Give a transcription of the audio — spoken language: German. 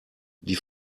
die